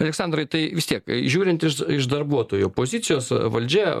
aleksandrai tai vis tiek žiūrint iš darbuotojo pozicijos valdžia